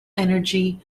energy